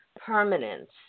Permanence